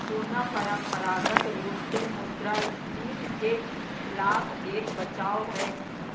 सोना परंपरागत रूप से मुद्रास्फीति के खिलाफ एक बचाव है